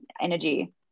energy